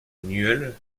nieul